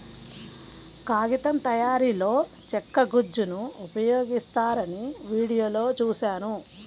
కాగితం తయారీలో చెక్క గుజ్జును ఉపయోగిస్తారని వీడియోలో చూశాను